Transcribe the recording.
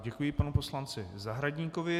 Děkuji panu poslanci Zahradníkovi.